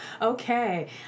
okay